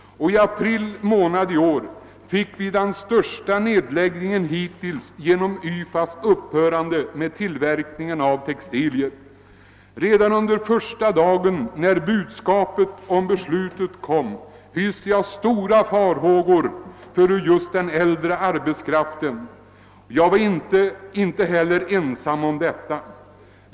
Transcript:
I april i år genomfördes den största nedläggningen hittills genom att YFA upphörde med tillverkningen av textilier. Redan under första dagen då budskapet om beslutet kom hyste jag stora farhågor för just den äldre arbetskraften. Jag var inte ensam om detta.